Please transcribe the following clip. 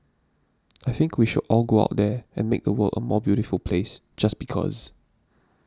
I think we should all go out there and make the world a more beautiful place just because